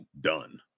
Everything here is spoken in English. done